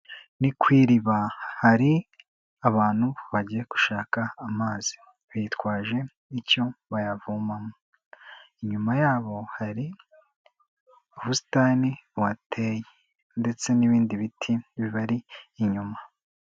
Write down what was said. Ni ku iriba hari abantu bagiye gushaka amazi, bitwaje icyo bayavomamo, inyuma yabo hari ubusitani buhateye ndetse n'ibindi biti bibari inyuma.